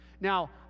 Now